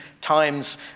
times